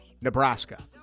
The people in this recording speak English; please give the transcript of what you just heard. Nebraska